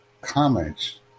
comments